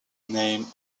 name